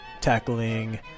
tackling